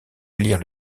élire